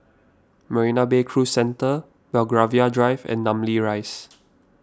Marina Bay Cruise Centre Belgravia Drive and Namly Rise